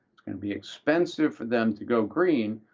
going to be expensive for them to go green,